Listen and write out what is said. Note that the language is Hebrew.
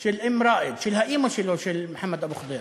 של אם ראאד, של האימא של מוחמד אבו ח'דיר,